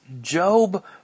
Job